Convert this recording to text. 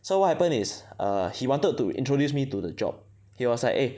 so what happened is err he wanted to introduce me to the job he was like eh